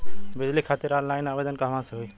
बिजली खातिर ऑनलाइन आवेदन कहवा से होयी?